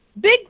Big